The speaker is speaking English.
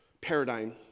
paradigm